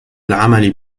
العمل